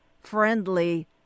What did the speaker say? friendly